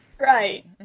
Right